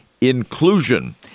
inclusion